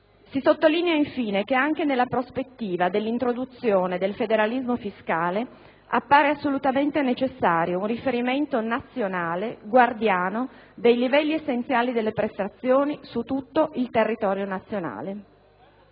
Si sottolinea, infine, che anche nella prospettiva dell'introduzione del federalismo fiscale appare assolutamente necessario un riferimento nazionale, "guardiano" dei livelli essenziali delle prestazioni su tutto il territorio nazionale.